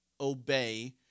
obey